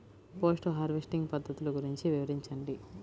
Post harvesting పద్ధతులు గురించి వివరించండి?